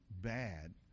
bad